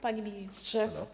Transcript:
Panie Ministrze!